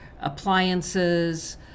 appliances